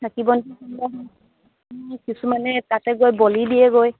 চাকি বন্তি জ্বলোৱা হয় কিছুমানে তাতে গৈ বলী দিয়েগৈ